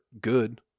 good